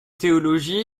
théologie